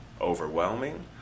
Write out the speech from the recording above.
overwhelming